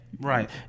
Right